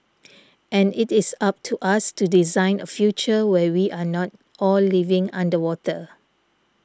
and it is up to us to design a future where we are not all living underwater